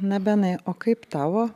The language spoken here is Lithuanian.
na benai o kaip tavo